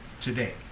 today